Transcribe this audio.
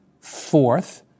Fourth